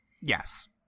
Yes